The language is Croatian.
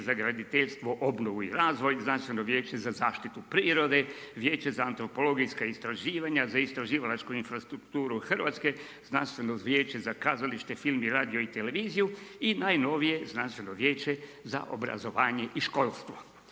za graditeljstvo, obnovu i razvoj, Znanstveno vijeće za zaštitu prirode, Vijeće za antropologijska istraživanja, za istraživalačku infrastrukturu Hrvatske, Znanstveno vijeće za kazalište, film i radio i televiziju i najnovije Znanstveno vijeće za obrazovanje i školstvo.